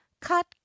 Cut